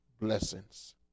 blessings